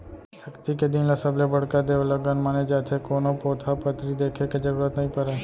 अक्ती के दिन ल सबले बड़का देवलगन माने जाथे, कोनो पोथा पतरी देखे के जरूरत नइ परय